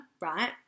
right